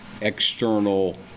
external